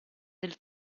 del